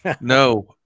No